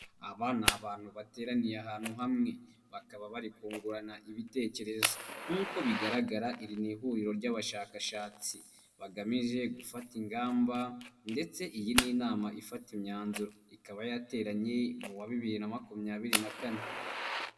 Aba ni abantu bateraniye ahantu hamwe bakaba bari kungurana ibitekerezo, nk'uko bigaragara iri ni ihuriro ry'abashakashatsi bagamije gufata ingamba ndetse iyi ni inama ifata imyanzuro, ikaba yateranye mu wa bibiri na makumyabiri na kane.